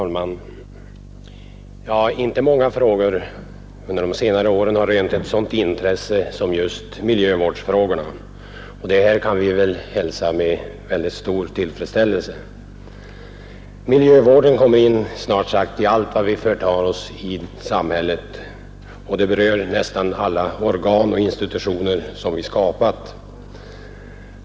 Fru talman! Inte många frågor under de senare åren har rönt ett sådant intresse som just miljövårdsfrågorna, och det kan vi hälsa med stor tillfredsställelse. Miljövården kommer in snart sagt i allt vad vi företar oss i samhället, och den berör nästan alla organ och institutioner som vi skapat.